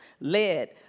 led